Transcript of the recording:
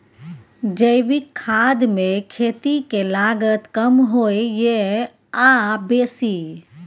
जैविक खाद मे खेती के लागत कम होय ये आ बेसी?